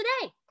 today